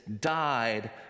died